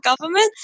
government